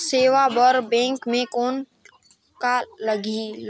सेवा बर बैंक मे कौन का लगेल?